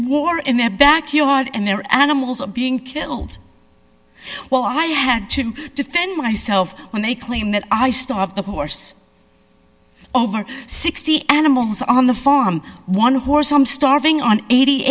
war in their backyard and their animals are being killed why i had to defend myself when they claim that i still have the horse over sixty animals on the farm one horse i'm starving on eighty